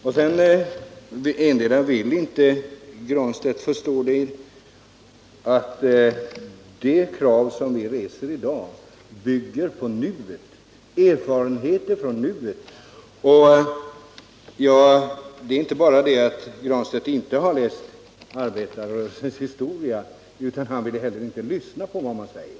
För det andra vill herr Granstedt inte förstå att de krav vi reser i dag bygger på erfarenheter från nuet. Det är inte bara så att herr Granstedt inte har läst arbetarrörelsens historia — han vill heller inte lyssna på vad jag säger.